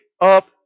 up